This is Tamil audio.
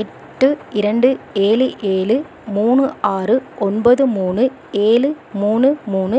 எட்டு இரண்டு ஏழு ஏழு மூணு ஆறு ஒன்பது மூணு ஏழு மூணு மூணு